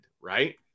right